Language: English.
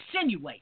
insinuate